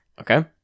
Okay